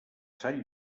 sant